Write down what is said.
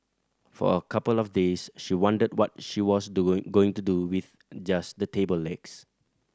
for a couple of days she wondered what she was doing going to do with just the table legs